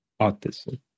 autism